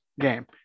game